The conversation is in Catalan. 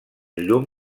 llum